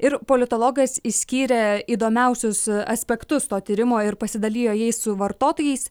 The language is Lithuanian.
ir politologas išskyrė įdomiausius aspektus to tyrimo ir pasidalijo jais su vartotojais